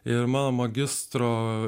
ir mano magistro